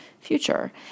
future